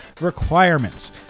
requirements